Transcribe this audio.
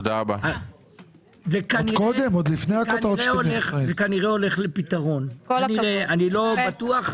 זה כנראה הולך לפתרון, אני לא בטוח.